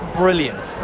brilliant